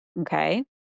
okay